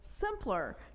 simpler